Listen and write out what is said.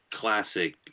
classic